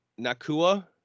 Nakua